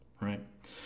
Right